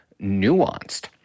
nuanced